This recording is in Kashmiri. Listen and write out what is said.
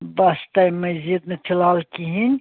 بَس تَمہِ مزیٖد نہٕ فی الحال کِہیٖنۍ